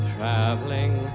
Traveling